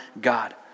God